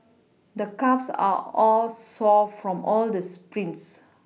the calves are all sore from all the sprints